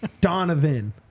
Donovan